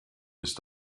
ist